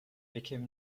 became